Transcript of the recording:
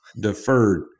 deferred